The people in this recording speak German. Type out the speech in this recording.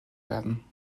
werden